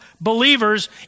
believers